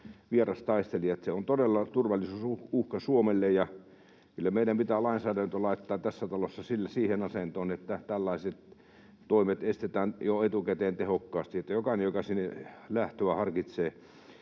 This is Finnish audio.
Se on todella turvallisuusuhka Suomelle. Ja kyllä meidän pitää lainsäädäntö laittaa tässä talossa siihen asentoon, että tällaiset toimet estetään jo etukäteen tehokkaasti, niin että se sitten